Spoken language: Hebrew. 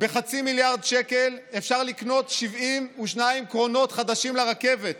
בחצי מיליארד שקלים אפשר לקנות 72 קרונות חדשים לרכבת.